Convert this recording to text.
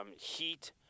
Heat